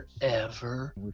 forever